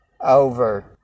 over